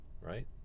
right